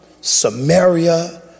Samaria